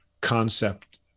concept